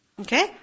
Okay